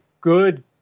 good